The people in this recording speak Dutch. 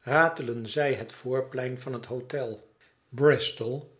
ratelen zij het voorplein van het hotel bristol